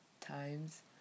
times